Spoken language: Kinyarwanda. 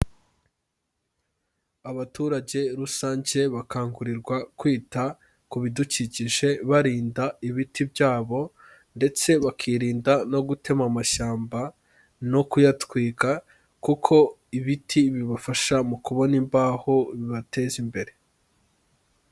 Abaturage rusange bakangurirwa kwita ku bidukikije barinda ibiti byabo ndetse bakirinda no gutema amashyamba no kuyatwika, kuko ibiti bibafasha mu kubona imbaho bibateza imbere.